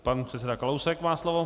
Pan předseda Kalousek má slovo.